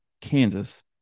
Kansas